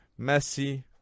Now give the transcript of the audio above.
Messi